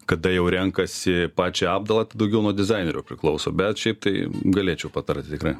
kada jau renkasi pačią apdailą tai daugiau nuo dizainerio priklauso bet šiaip tai galėčiau patarti tikrai